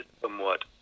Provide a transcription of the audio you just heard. somewhat